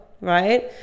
right